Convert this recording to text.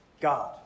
God